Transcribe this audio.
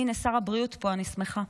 הינה, שר הבריאות פה, אני שמחה.